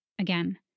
again